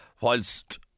whilst